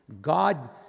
God